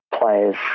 players